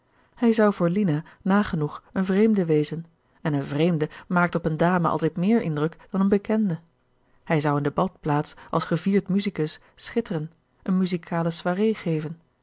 hij zou voor lina nagenoeg een vreemde wezen en een vreemde maakt op een dame altijd meer indruk dan een bekende hij zou in de badplaats als gevierd musicus schitteren een musicale soirée geven